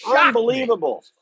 unbelievable